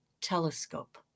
Telescope